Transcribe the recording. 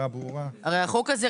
הרי החוק הזה,